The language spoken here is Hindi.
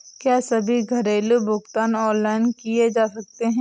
क्या सभी घरेलू भुगतान ऑनलाइन किए जा सकते हैं?